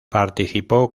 participó